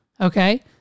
Okay